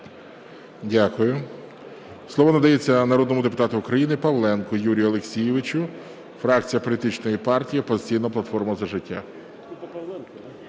Дякую. Слово надається народному депутату України Павленку Юрію Олексійовичу, фракція політичної партії "Опозиційна платформа - За життя".